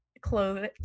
clothes